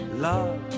Love